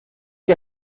que